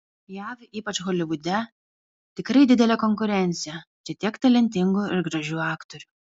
jav ypač holivude tikrai didelė konkurencija čia tiek talentingų ir gražių aktorių